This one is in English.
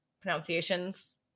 pronunciations